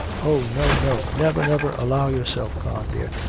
oh, no, no, never, never allow yourself, con, dear,